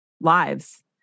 lives